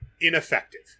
ineffective